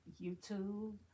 YouTube